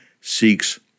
seeks